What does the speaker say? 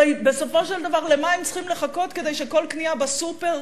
הרי בסופו של דבר למה הם צריכים לחכות כדי שכל קנייה בסופר,